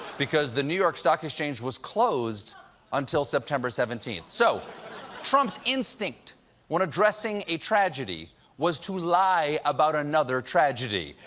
because the new york stock exchange was closed until september seventeen. so trump's instinct when addressing a tragedy was to lie about another tragedy.